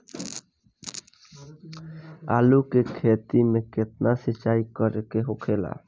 आलू के खेती में केतना सिंचाई करे के होखेला?